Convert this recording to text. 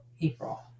april